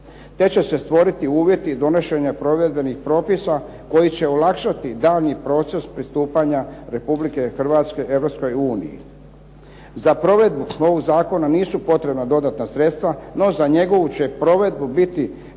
te će se stvoriti uvjeti donošenja provedbenih propisa koji će olakšati daljnji proces pristupanja Republike Hrvatske Europskoj uniji. Za provedbu ovog zakona nisu potrebna dodatna sredstva, no za njegovu će provedbu biti